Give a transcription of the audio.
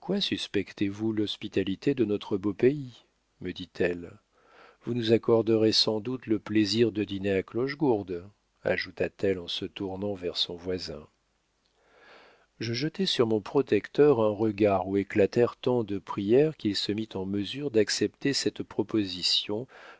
suspectez vous l'hospitalité de notre beau pays me dit-elle vous nous accorderez sans doute le plaisir de dîner à clochegourde ajouta-t-elle en se tournant vers son voisin je jetai sur mon protecteur un regard où éclatèrent tant de prières qu'il se mit en mesure d'accepter cette proposition